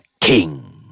king